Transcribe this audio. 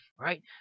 right